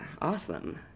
awesome